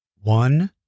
One